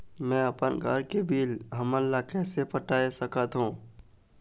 मैं अपन घर के बिल हमन ला कैसे पटाए सकत हो?